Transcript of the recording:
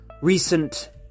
recent